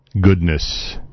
goodness